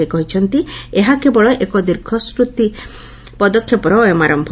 ସେ କହିଛନ୍ତି ଏହା କେବଳ ଏକ ଦୀର୍ଘସ୍ୱତ୍ରୀ ପଦକ୍ଷେପର ଅୟମାର୍ୟ